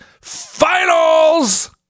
Finals